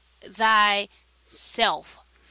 thyself